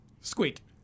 Squeak